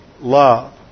love